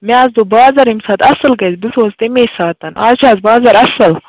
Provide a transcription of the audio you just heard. مےٚ حظ دوٚپ بازَر ییٚمہِ ساتہٕ اصٕل گژھِ بہٕ سوزٕ تَمی ساتَن آز چھےٚ حظ بازَر اَصٕل